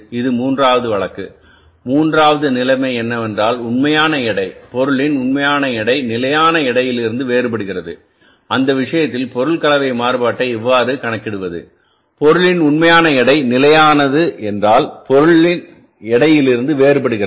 இது மூன்றாவது வழக்கு மூன்றாவது நிலைமை என்னவென்றால் உண்மையான எடை பொருளின் உண்மையான எடை நிலையான எடையிலிருந்து வேறுபடுகிறது அந்த விஷயத்தில் பொருள் கலவை மாறுபாட்டை எவ்வாறு கணக்கிடுவது பொருளின் உண்மையான எடை நிலையான என்றால் பொருள் எடையிலிருந்து வேறுபடுகிறது